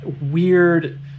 weird